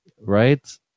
right